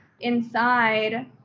inside